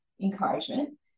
encouragement